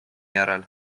järel